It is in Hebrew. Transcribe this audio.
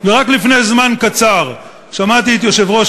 ורק לפני זמן קצר שמעתי את יושב-ראש